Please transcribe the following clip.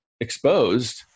exposed